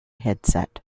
headset